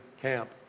camp